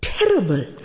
Terrible